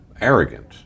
Arrogant